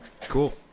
Cool